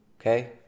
Okay